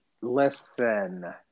Listen